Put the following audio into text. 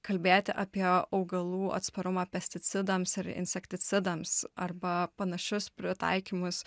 kalbėti apie augalų atsparumą pesticidams ir insekticidams arba panašius pritaikymus